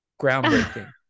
groundbreaking